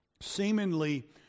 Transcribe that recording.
seemingly